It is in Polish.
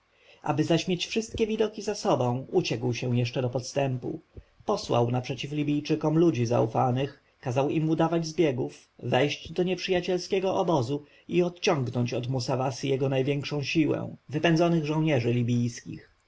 zaś mieć wszelkie widoki za sobą uciekł się jeszcze do podstępu posłał naprzeciw libijczykom ludzi zaufanych kazał im udawać zbiegów wejść do nieprzyjacielskiego obozu i odciągnąć od musawasy jego największą siłę wypędzonych żołnierzy libijskich